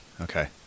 okay